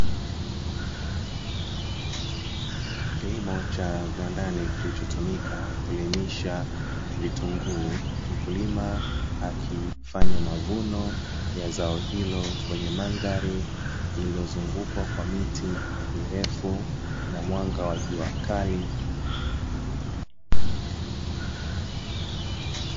Kilimo cha viwandani kilichotumika kuelimisha vitunguu, mkulima akifanya mavuno ya zao hilo Kwenye mandhari, iliyozungukwa kwa miti mirefu Na mwanga wa jua kali.